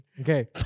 Okay